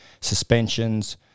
suspensions